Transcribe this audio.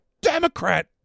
Democrat